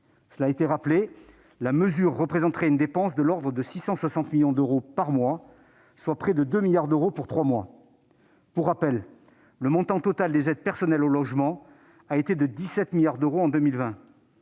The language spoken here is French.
finances publiques. La mesure représenterait une dépense de l'ordre de 660 millions d'euros par mois, soit de près de 2 milliards d'euros pour trois mois. Pour rappel, le montant total des aides personnelles au logement s'est élevé à 17 milliards d'euros en 2020.